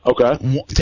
Okay